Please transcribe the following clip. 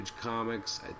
Comics